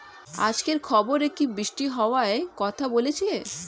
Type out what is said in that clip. আজকের খবরে কি বৃষ্টি হওয়ায় কথা বলেছে?